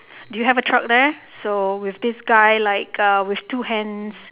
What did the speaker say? do you have a truck there so with this guy like uh with two hands